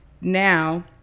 now –